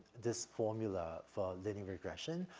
this formula for linear regression.